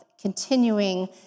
continuing